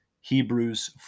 Hebrews